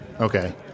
Okay